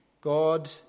God